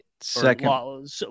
Second